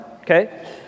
okay